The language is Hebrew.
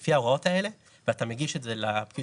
על כל הפעילות שלה בעולם ותמורת זה לקבל